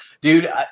Dude